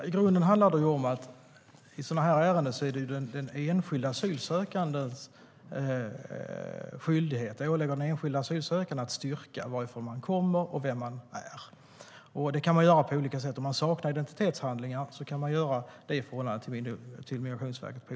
Herr talman! I sådana här ärenden åligger det den enskilde asylsökande att styrka varifrån man kommer och vem man är. Om man saknar identitetshandlingar kan man göra detta på olika sätt till Migrationsverket.